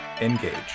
Engage